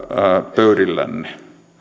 pöydillänne